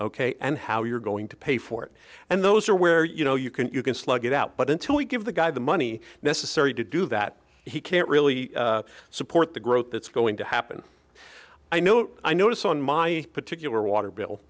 ok and how you're going to pay for it and those are where you know you can you can slug it out but until we give the guy the money necessary to do that he can't really support the growth that's going to happen i note i notice on my particular water bill